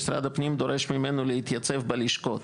משרד הפנים דורש ממנו להתייצב בלשכות,